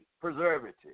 preservative